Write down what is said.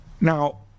Now